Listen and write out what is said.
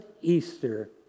Easter